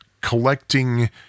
collecting